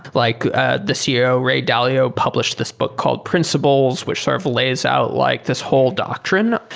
like ah the ceo, ray dalio published this book called principles, which sort of lays out like this whole doctrine.